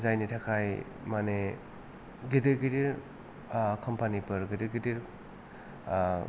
जायनि थाखाय माने गिदिर गिदिर कम्पानि फोर गिदिर गिदिर